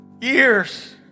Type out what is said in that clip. Years